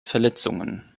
verletzungen